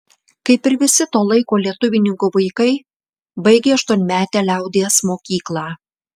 kaip ir visi to laiko lietuvininkų vaikai baigė aštuonmetę liaudies mokyklą